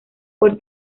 por